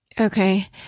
Okay